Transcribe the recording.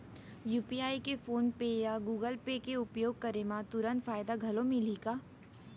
UPI के PhonePe या Google Pay के उपयोग करे म तुरंत फायदा घलो मिलही का?